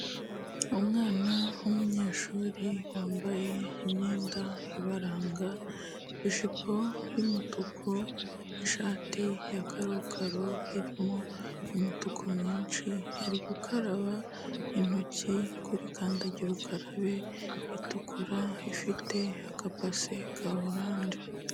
Umwana w'umunyeshuri wambaye imyenda ibaranga, ijipo y'umutuku, ishati ya karokaro irimo umutuku mwinshi, ari gukaraba intoki kuri kandagira ukarabe itukura, ifite akabase ka oranje.